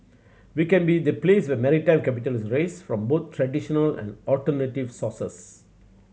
we can be the place where maritime capital is raised from both traditional and alternative sources